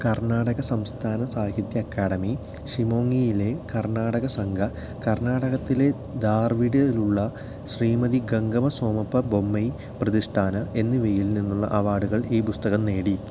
Karnataka Samsthana Sahitya academy ഷിമോഗയിലെ കർണാടക സംഘ കർണാടകത്തിലെ ധാർവിഡിലുള്ള ശ്രീമതി ഗംഗമ്മ സോമപ്പ ബൊമ്മൈ പ്രതിഷ്ഠാന എന്നിവയിൽ നിന്നുള്ള അവാർഡുകൾ ഈ പുസ്തകം നേടി